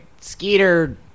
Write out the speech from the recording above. Skeeter